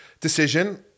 decision